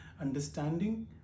understanding